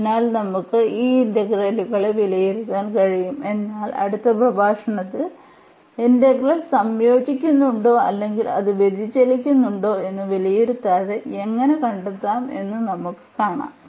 അതിനാൽ നമുക്ക് ആ ഇന്റഗ്രലുകളെ വിലയിരുത്താൻ കഴിയും എന്നാൽ അടുത്ത പ്രഭാഷണത്തിൽ ഇന്റഗ്രൽ സംയോജിക്കുന്നുണ്ടോ അല്ലെങ്കിൽ അത് വ്യതിചലിക്കുന്നുണ്ടോ എന്ന് വിലയിരുത്താതെ എങ്ങനെ കണ്ടെത്താമെന്ന് നമുക്ക് കാണാം